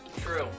True